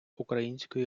української